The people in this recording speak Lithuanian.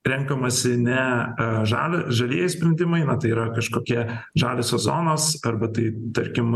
renkamasi ne a žalia žalieji sprendimai na tai yra kažkokie žaliosios zonos arba tai tarkim